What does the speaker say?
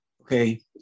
okay